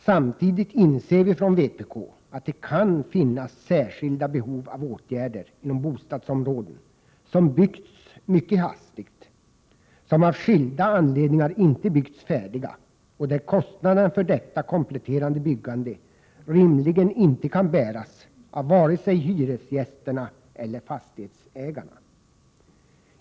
Samtidigt inser vi från vpk att det kan finnas särskilda behov av åtgärder inom bostadsområden som byggts mycket hastigt, som av skilda anledningar inte byggts färdiga och där kostnaderna för ett kompletterande byggande rimligen inte kan bäras av vare sig hyresgästerna eller fastighetsägarna.